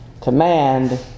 command